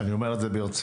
אני אומר את זה ברצינות.